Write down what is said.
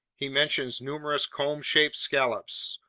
he mentions numerous comb-shaped scallops,